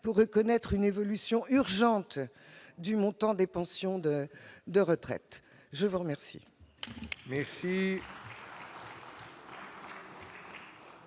pour reconnaître une évolution urgente du montant des pensions de retraite : nous ne